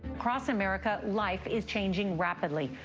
across america, life is changing rapidly.